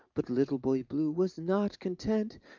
but little boy blue was not content,